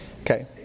Okay